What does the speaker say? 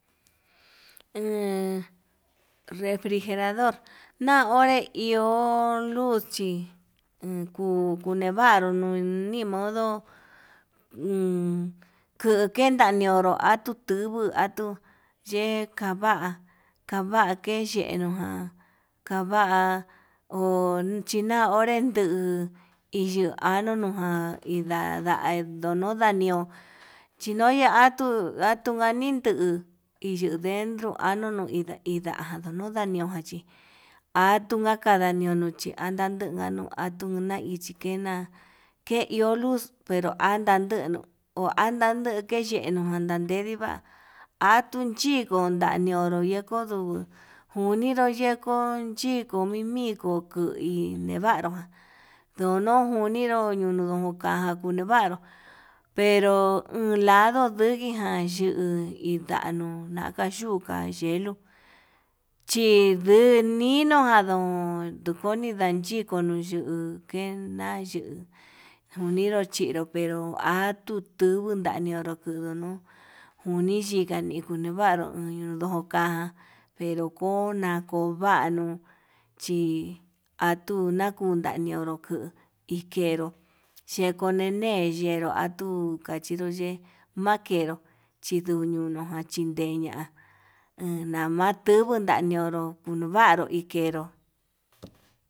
refrijerador na onré iho luz chí iin kuu kunivaru nuni modo, uun kenda niuru atutubuu tuu yee kava'a kava keyenu ján kava'a ochinan onren duu, iyuu anu nuján ndada nduno na iho chinoyan atuu atunanchino induu ndentro anunu inda atunu, ñochi atuu kada niono chi unda anduu nanuu andu na ini chike ke iho luz pero andadunu ho anda nuu kee yenuu nadediva antuu chikuu ñionro yekuu nduu, njuni yuu ndeku kinku mimiko kuu hi nevaru ján yono juniru yunioka kunevaru n du nuriján, yiuu indanu ndakayuka yee luchi luu linuu jan nuu onkoni ndakuna yuu kenan yuu, nunino chinru pero atun nduguu ñaniuru kuu nuu njuni yikani ñuvanru ndudoka pero kona kuvanuu, chi atuna kunda niuru kuu ikero xheko nine yee atuu kachinró yee majkeru chinu nuyuu jan ndeña enma'a nduguu ndaniuru unda nuguu kedani.